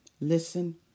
Listen